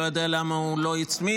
לא יודע למה הוא לא הצמיד,